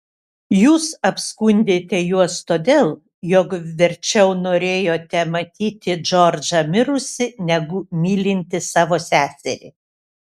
jūs apskundėte juos todėl jog verčiau norėjote matyti džordžą mirusį negu mylintį savo seserį